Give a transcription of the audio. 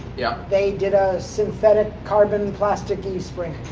yeah they did a synthetic carbon plasticky spring.